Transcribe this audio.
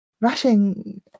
rushing